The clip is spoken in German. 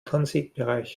transitbereich